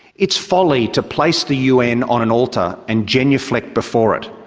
it is folly to place the un on an altar and genuflect before it.